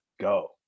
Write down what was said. go